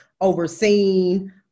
overseen